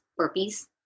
burpees